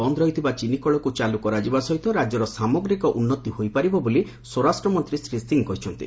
ବନ୍ଦ ରହିଥିବା ଚିନି କଳକୁ ଚାଲୁ କରାଯିବା ସହିତ ରାଜ୍ୟର ସାମଗ୍ରିକ ଉନ୍ତି ହୋଇପାରିବ ବୋଲି ସ୍ୱରାଷ୍ଟ୍ରମନ୍ତୀ ଶ୍ରୀ ସିଂ କହିଛନ୍ତି